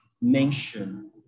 mention